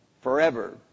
forever